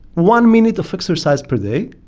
one minute of exercise per day,